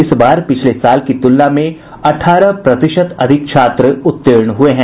इस बार पिछले साल की तुलना में अठारह प्रतिशत अधिक छात्र उत्तीर्ण हुए हैं